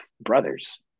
brothers